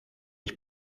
ich